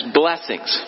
blessings